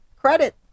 Credit